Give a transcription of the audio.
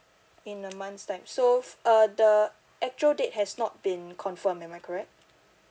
in a month's time so uh the actual date has not been confirm am I correct